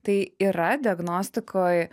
tai yra diagnostikoj